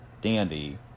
Dandy